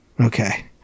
Okay